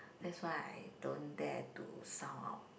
that's why I don't dare to sound out